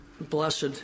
Blessed